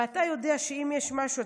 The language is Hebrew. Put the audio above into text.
ואתה יודע שאם יש משהו,